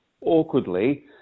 awkwardly